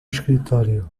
escritório